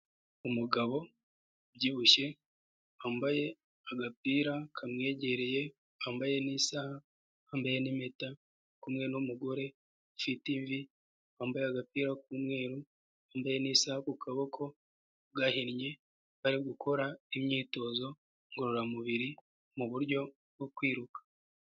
Umugabo ubyibushye wambaye agapira kamwegereye wambaye n'isaha wambaye n'impeta uri kumwe n' numugo ufite imvi wambaye agapira k'umweru wambaye n'isaha ku kaboko gahinnye ari gukora imyitozo ngororamubiri mu buryo bwo kwiruka.